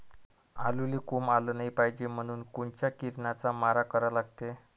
आलूले कोंब आलं नाई पायजे म्हनून कोनच्या किरनाचा मारा करा लागते?